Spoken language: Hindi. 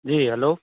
जी हलो